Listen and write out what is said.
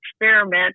experiment